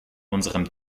unserem